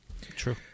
True